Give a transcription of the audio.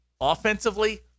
offensively